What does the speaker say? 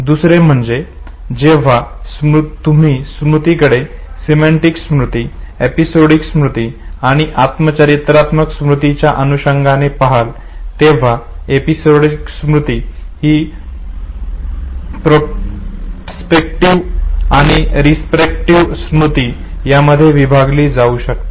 दुसरे म्हणजे जेव्हा तुम्ही स्मृतीकडे सिमेंटीक स्मृती एपिसोडिक स्मृती आणि आत्मचरित्रात्मक स्मृतीच्या अनुषंगाने पाहाल तेव्हा एपिसोडिक स्मृती हि प्रोस्पेक्टीव आणि रेट्रोस्पेक्टीव स्मृती यामध्ये विभागली जाऊ शकते